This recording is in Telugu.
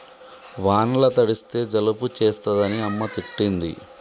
వానల తడిస్తే జలుబు చేస్తదని అమ్మ తిట్టింది